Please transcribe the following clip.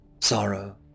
sorrow